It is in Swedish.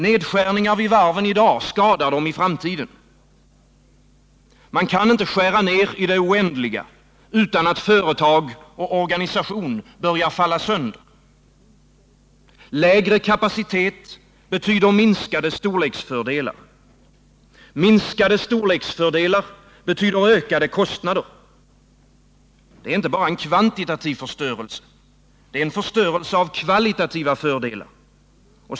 Nedskärningar vid varven skadar dem i framtiden. Man kan inte skära ned i det oändliga, utan att företag och organisation börjar falla sönder. Lägre kapacitet betyder minskade storleksfördelar. Minskade storleksfördelar betyder ökade kostnader. Det är inte bara en kvantitativ förstörelse. Det är en förstörelse av kvalitativa fördelar.